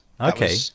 Okay